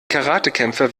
karatekämpfer